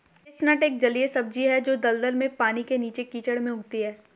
chestnut एक जलीय सब्जी है जो दलदल में, पानी के नीचे, कीचड़ में उगती है